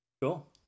cool